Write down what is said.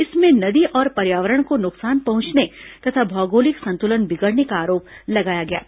इसमें नदी और पर्यावरण को नुकसान पहुंचने तथा भौगोलिक संतुलन बिगड़ने का आरोप लगाया गया था